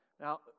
Now